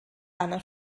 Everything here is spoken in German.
anna